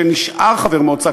שנשאר חבר מועצה,